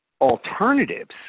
alternatives